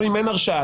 גם אם אין הרשעה,